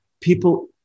people